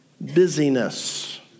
busyness